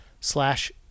slash